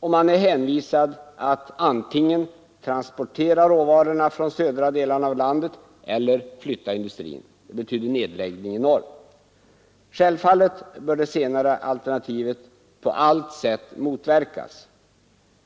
och man är hänvisad till att antingen transportera råvarorna från södra delarna av landet eller att flytta industrin. Det betyder alltså nedläggning i norr. Självfallet bör det senare alternativet på allt sätt motverkas.